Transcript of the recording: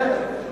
בסדר.